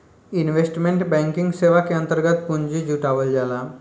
investment banking सेवा के अंतर्गत पूंजी जुटावल जाला